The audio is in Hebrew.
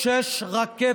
אצלנו, שש רקטות.